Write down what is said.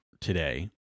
today